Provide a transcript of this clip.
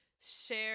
share